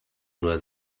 nur